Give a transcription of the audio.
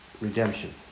redemption